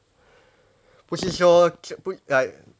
不是说 like